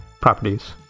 properties